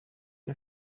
and